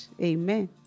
Amen